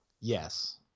Yes